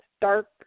dark